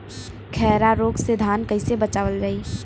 खैरा रोग से धान कईसे बचावल जाई?